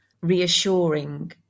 reassuring